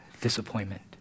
disappointment